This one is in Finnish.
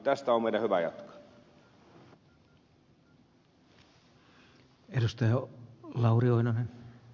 tästä meidän on hyvä jatkaa